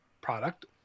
product